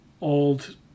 Old